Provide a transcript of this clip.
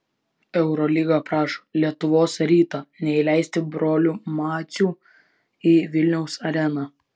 eurolyga prašo lietuvos rytą neįleisti brolių macių į vilniaus areną